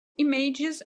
images